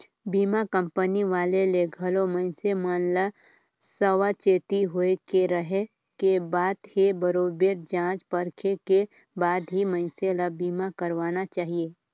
बीमा कंपनी वाले ले घलो मइनसे मन ल सावाचेती होय के रहें के बात हे बरोबेर जॉच परखे के बाद ही मइनसे ल बीमा करवाना चाहिये